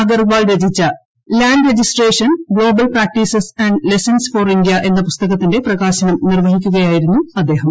അഗർവാൾ രചിച്ച land registration global practices lessons for India എന്ന പുസ്തകത്തിന്റെ പ്രകാശനം നിർവഹിക്കുകയായിരുന്നു അദ്ദേഹം